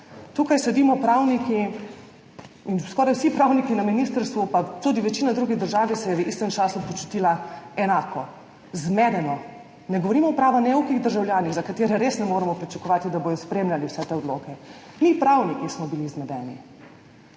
Tukaj sedimo pravniki in skoraj vsi pravniki na ministrstvu, pa tudi v večini drugih držav so se v istem času počutili enako – zmedeno. Ne govorimo o prava neukih državljanih, za katere res ne moremo pričakovati, da bodo spremljali vse te odloke. Mi pravniki smo bili zmedeni.